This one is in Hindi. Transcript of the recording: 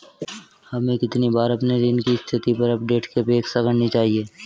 हमें कितनी बार अपने ऋण की स्थिति पर अपडेट की अपेक्षा करनी चाहिए?